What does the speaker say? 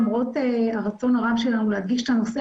למרות הרצון הרב שלנו להדגיש את הנושא